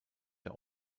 der